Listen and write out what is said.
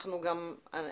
אגב,